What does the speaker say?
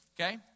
okay